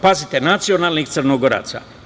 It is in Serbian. Pazite, nacionalnih Crnogoraca.